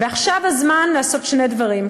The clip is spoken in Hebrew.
ועכשיו הזמן לעשות שני דברים.